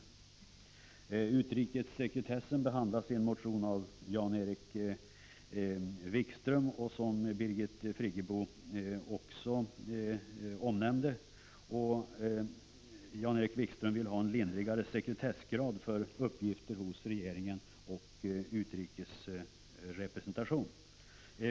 Frågan om utrikessekretessen behandlas i en motion av Jan-Erik Wikström. Även Birgit Friggebo nämnde något om denna. Jan-Erik Wikström vill ha en lindrigare sekretessgrad för uppgifter hos regeringen och för "ns utrikesrepresentation.